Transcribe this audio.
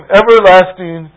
everlasting